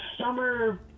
summer